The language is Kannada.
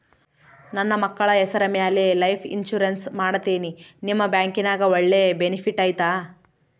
ನನ್ನ ಮಕ್ಕಳ ಹೆಸರ ಮ್ಯಾಲೆ ಲೈಫ್ ಇನ್ಸೂರೆನ್ಸ್ ಮಾಡತೇನಿ ನಿಮ್ಮ ಬ್ಯಾಂಕಿನ್ಯಾಗ ಒಳ್ಳೆ ಬೆನಿಫಿಟ್ ಐತಾ?